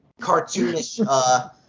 cartoonish